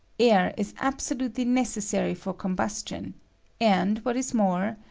air is absolutely necessary for combustion and, what is more,